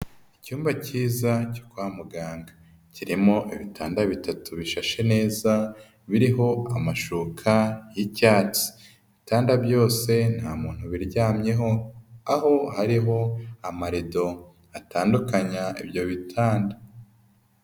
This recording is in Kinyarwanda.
Icyumba kiza cyo kwa muganga, kirimo ibitanda bitatu bishashe neza, biriho amashoka y'icyatsi, ibitanda byose nta muntu ubiryamyeho, aho hariho amarido atandukanya ibyo bitanda.